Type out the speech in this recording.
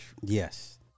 yes